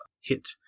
hit